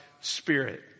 spirit